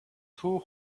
two